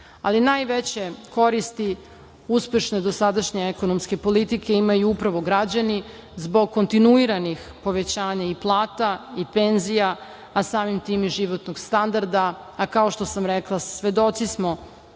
ali najveće koristi uspešne dosadašnje ekonomske politike imaju upravo građani zbog kontinuiranih povećanja i plata i penzija, a samim tim i životnog standarda, a kao što sam rekla, svedoci smo